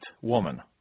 woman